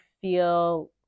feel